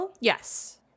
yes